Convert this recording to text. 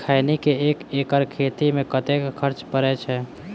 खैनी केँ एक एकड़ खेती मे कतेक खर्च परै छैय?